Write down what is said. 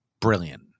brilliant